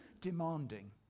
demanding